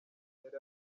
yari